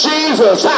Jesus